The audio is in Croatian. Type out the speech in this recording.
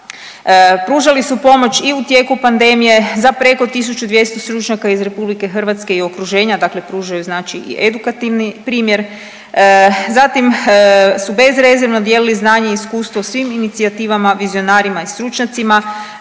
pružali su pomoć i u tijeku pandemije za preko 1200 stručnjaka iz RH i okruženja, pružaju znači i edukativni primjer, zatim su bezrezervno dijelili znanje i iskustvo svim inicijativama, vizionarima i stručnjacima,